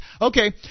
Okay